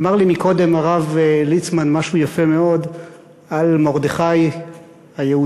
אמר לי קודם הרב ליצמן משהו יפה מאוד על מרדכי היהודי,